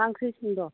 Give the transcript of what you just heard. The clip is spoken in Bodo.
मा ओंख्रि संदों